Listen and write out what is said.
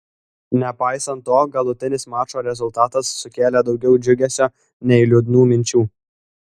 nepaisant to galutinis mačo rezultatas sukėlė daugiau džiugesio nei liūdnų minčių